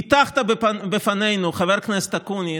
ראש ממשלה שלא עובר את אחוז החסימה.